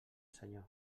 senyor